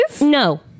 No